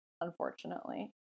unfortunately